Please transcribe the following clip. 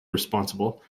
responsible